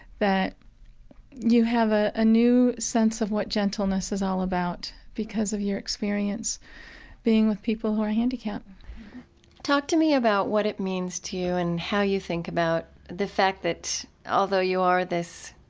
that you have a ah new sense of what gentleness is all about because of your experience being with people who are handicapped talk to me about what it means to you, and how you think about the fact that although you are this